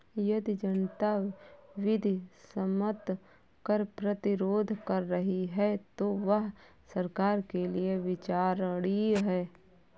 यदि जनता विधि सम्मत कर प्रतिरोध कर रही है तो वह सरकार के लिये विचारणीय है